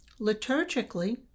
Liturgically